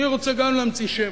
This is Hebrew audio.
אני רוצה גם להמציא שם,